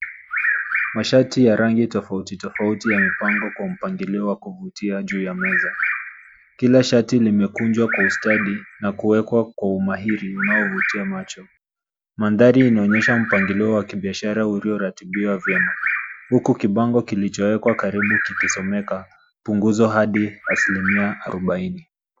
Mashati ya rangi tofauti tofauti yamepangwa kwa mpangilio wa kuvutia juu ya meza. Kila shati limekunjwa kwa ustadi na kuwekwa kwa umahiri unaovutia macho. Mandhari inaonyesha mpangilio wa kibiashara ulio ratibiwa vyema, huku kibango kilichowekwa karibu kikisomeka punguzo hadi asilimia arubaini.